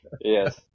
Yes